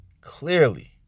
clearly